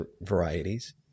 varieties